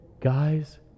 Guys